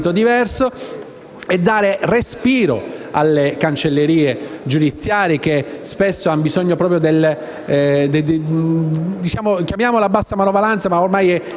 in ambito diverso, e dare respiro alle cancellerie giudiziarie che spesso hanno bisogno proprio di "bassa manovalanza",